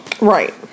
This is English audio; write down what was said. right